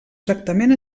tractament